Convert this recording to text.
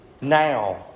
now